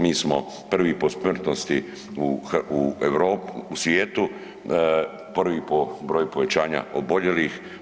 Mi smo prvi po smrtnosti u svijetu, prvi po broju povećanja oboljelih.